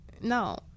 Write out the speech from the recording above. No